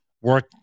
work